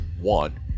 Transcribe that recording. one